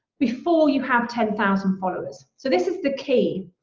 before you have ten thousand followers. so this is the key,